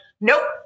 nope